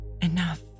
Enough